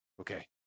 Okay